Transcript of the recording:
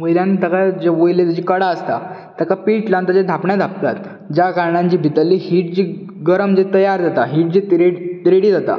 वयल्यान ताका जे वयले जेचे कडा आसता ताका पीठ लावन ताचेर धांपणे धांपतात ज्या कारणान जी भितरली हीट जी गरम तयार जाता हीट जी रेडी जाता